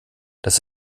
das